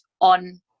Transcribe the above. on